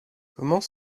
comment